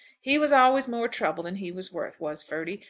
he was always more trouble than he was worth was ferdy.